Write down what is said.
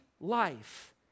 life